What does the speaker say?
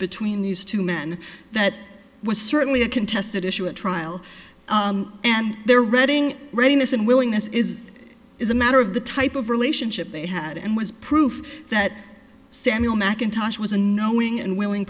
between these two men that was certainly a contested issue at trial and their reading readiness and willingness is is a matter of the type of relationship they had and was proof that samuel mcintosh was a knowing and willing